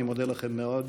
אני מודה לכם מאוד.